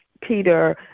peter